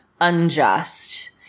unjust